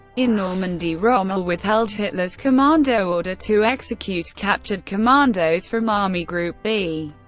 in normandy, rommel withheld hitler's commando order to execute captured commandos from army group b,